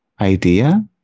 idea